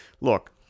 look